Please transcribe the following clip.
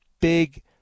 big